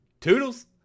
toodles